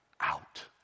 out